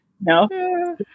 no